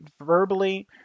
verbally